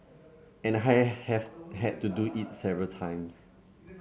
and I have had to do it several times